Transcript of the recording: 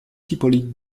hippolyte